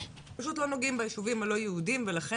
פשוט לא נוגעים ביישובים הלא-יהודים ולכן